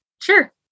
Sure